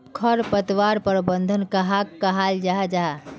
खरपतवार प्रबंधन कहाक कहाल जाहा जाहा?